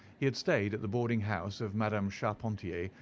he had stayed at the boarding-house of madame charpentier,